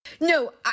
No